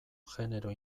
genero